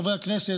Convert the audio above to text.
חברי הכנסת,